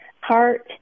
heart